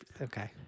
okay